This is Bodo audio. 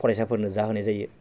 फरायसाफोरनो जाहोनाय जायो